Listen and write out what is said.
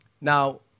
Now